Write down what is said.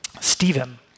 Stephen